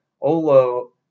Olo